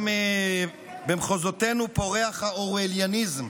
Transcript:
גם במחוזותינו פורח האורווליאניזם,